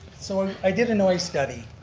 so i did a noise study.